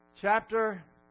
chapter